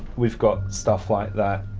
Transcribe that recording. we've got stuff like that,